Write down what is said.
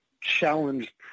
challenge